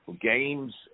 games